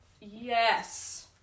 yes